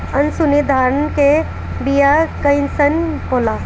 मनसुरी धान के बिया कईसन होला?